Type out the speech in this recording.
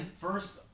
First